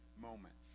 moments